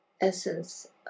essence